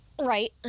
Right